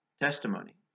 testimony